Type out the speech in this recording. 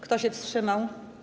Kto się wstrzymał?